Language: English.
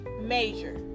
major